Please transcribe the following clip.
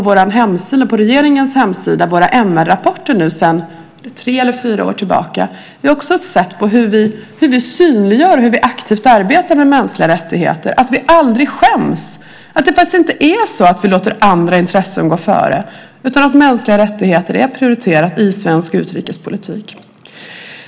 Att vi på regeringens hemsida sedan tre eller fyra år tillbaka publicerar våra MR-rapporter är också ett sätt att visa på hur vi synliggör och aktivt arbetar med mänskliga rättigheter och på att vi aldrig skäms. Det är faktiskt inte så att vi låter andra intressen gå före, utan mänskliga rättigheter är prioriterat i svensk utrikespolitik.